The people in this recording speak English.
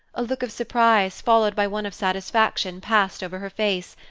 a look of surprise, followed by one of satisfaction, passed over her face,